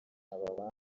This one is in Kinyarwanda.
babana